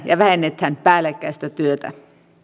ja vähennetään päällekkäistä työtä